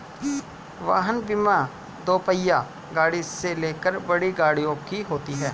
वाहन बीमा दोपहिया गाड़ी से लेकर बड़ी गाड़ियों की होती है